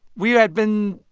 we had been,